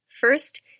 First